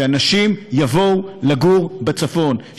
שאנשים יבואו לגור בצפון,